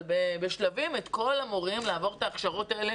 אבל בשלבים את כל המורים לעבור את ההכשרות האלה,